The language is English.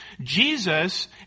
Jesus